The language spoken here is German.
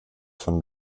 von